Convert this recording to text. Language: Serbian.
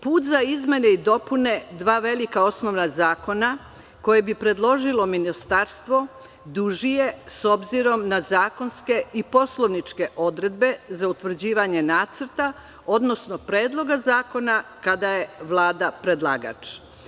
Put za izmene i dopune dva velika osnovna zakona, koje bi predložilo ministarstvo, duži je, s obzirom na zakonske i poslovničke odredbe za utvrđivanje nacrta, odnosno predloga zakona, kada je Vlada predlagač.